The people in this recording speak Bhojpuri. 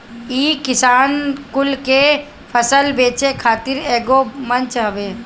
इ किसान कुल के फसल बेचे खातिर एगो मंच हवे